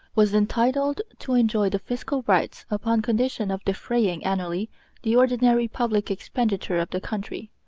was entitled to enjoy the fiscal rights upon condition of defraying annually the ordinary public expenditure of the country,